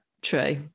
True